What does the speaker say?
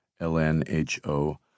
LNHO